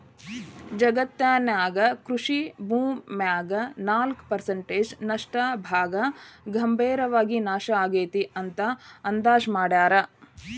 ಜಗತ್ತಿನ್ಯಾಗ ಕೃಷಿ ಭೂಮ್ಯಾಗ ನಾಲ್ಕ್ ಪರ್ಸೆಂಟ್ ನಷ್ಟ ಭಾಗ ಗಂಭೇರವಾಗಿ ನಾಶ ಆಗೇತಿ ಅಂತ ಅಂದಾಜ್ ಮಾಡ್ಯಾರ